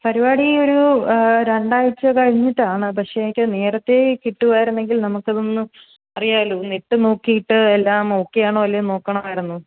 പരിപാടി ഒരു രണ്ടാഴ്ച കഴിഞ്ഞിട്ടാണ് പക്ഷേ എനിക്കത് നേരത്തെ കിട്ടുവായിരുന്നെങ്കിൽ നമുക്ക് അതൊന്ന് അറിയാമല്ലോ ഒന്ന് ഇട്ടു നോക്കിയിട്ട് എല്ലാം ഓക്കേയാണോ അല്ലയോ നോക്കണമായിരുന്നു